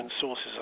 sources